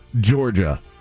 Georgia